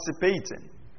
participating